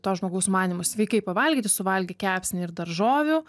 to žmogaus manymu sveikai pavalgyti suvalgė kepsnį ir daržovių